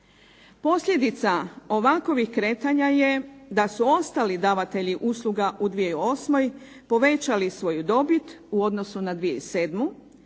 Posljedica ovakvih kretanja je da su ostali davatelji usluga u 2008. povećali svoju dobit u odnosu na 2007.,